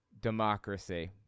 democracy